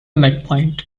midpoint